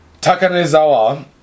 Takanezawa